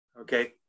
okay